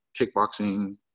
kickboxing